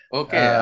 okay